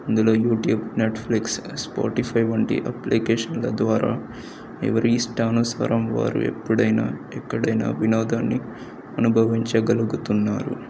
అందులో YouTube Netflix Spotify వంటి అప్లికేషన్ల ద్వారా ఎవరి ఈష్టానుసరం వారు ఎప్పుడైనా ఎక్కడైనా వినోదాన్ని అనుభవించగలుగుతున్నారు